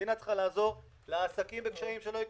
המדינה צריכה לעזור לעסקים הקטנים שלא יקרסו.